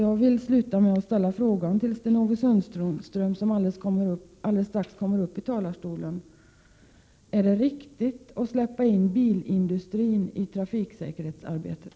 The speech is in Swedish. Jag vill avsluta med att ställa en fråga till Sten-Ove Sundström, som alldeles strax kommer upp i talarstolen: Är det riktigt att släppa in bilindustrin i trafiksäkerhetsarbetet?